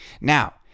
Now